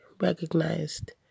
recognized